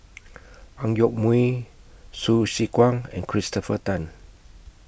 Ang Yoke Mooi Hsu Tse Kwang and Christopher Tan